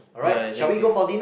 ya thank you